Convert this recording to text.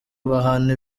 bahana